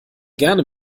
gerne